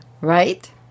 right